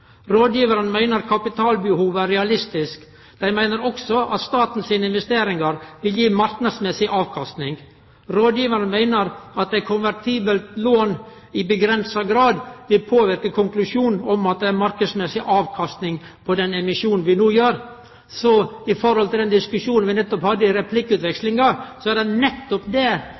meiner kapitalbehovet er realistisk. Dei meiner òg at staten sine investeringar vil gi marknadsmessig avkastning. Rådgivarane meiner at eit konvertibelt lån i avgrensa grad vil påverke konklusjonen om at det er marknadsmessig avkastning på den emisjonen vi no gjer. Med tanke på den diskusjonen vi akkurat hadde i replikkutvekslinga, er det nettopp